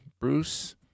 Bruce